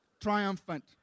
triumphant